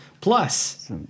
Plus